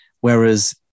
whereas